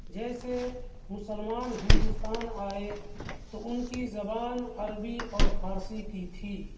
جیسے مسلمان ہندوستان آئے تو ان کی زبان عربی اور فارسی کی تھی